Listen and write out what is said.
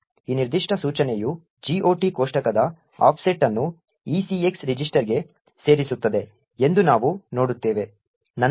ಈ ನಿರ್ದಿಷ್ಟ ಸೂಚನೆಯು GOT ಕೋಷ್ಟಕದ ಆಫ್ಸೆಟ್ ಅನ್ನು ECX ರಿಜಿಸ್ಟರ್ಗೆ ಸೇರಿಸುತ್ತದೆ ಎಂದು ನಾವು ನೋಡುತ್ತೇವೆ